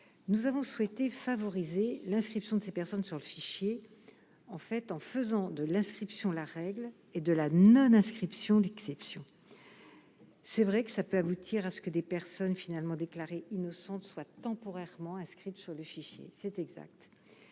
nous avons souhaité favoriser l'inscription de ces personnes sur le fichier, en fait, en faisant de l'inscription de la règle et de la non-inscription d'exception, c'est vrai que ça peut aboutir à ce que des personnes finalement déclarée innocente soit temporairement inscrite sur le fichier c'est exact,